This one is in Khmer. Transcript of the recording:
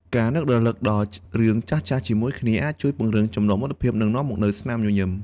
ការនឹករលឹកដល់រឿងចាស់ៗជាមួយគ្នា អាចជួយពង្រឹងចំណងមិត្តភាព និងនាំមកនូវស្នាមញញឹម។